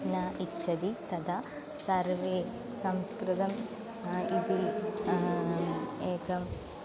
न इच्छति तदा सर्वे संस्कृतम् इति एकम्